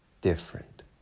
different